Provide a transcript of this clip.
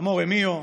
אמורה מיו,